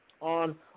on